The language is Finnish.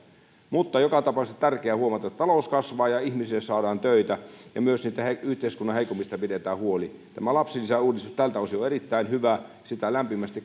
mutta joka tapauksessa on tärkeää huomata että talous kasvaa ja ihmisille saadaan töitä ja myös niistä yhteiskunnan heikoimmista pidetään huoli tämä lapsilisäuudistus tältä osin on erittäin hyvä sitä lämpimästi